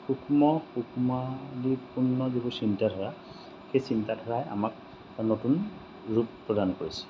সুক্ষ্ম সুক্ষ্মাৱলীপূৰ্ণ যিবোৰ চিন্তাধাৰা সেই চিন্তাধাৰাই আমাক নতুন ৰূপ প্ৰদান কৰিছে